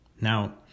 Now